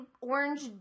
orange